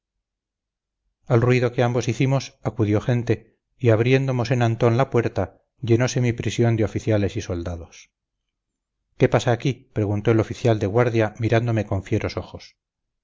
al ruido que ambos hicimos acudió gente y abriendo mosén antón la puerta llenose mi prisión de oficiales y soldados qué pasa aquí preguntó el oficial de guardia mirándome con fieros ojos